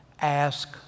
ask